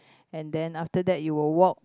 and then after that you will walk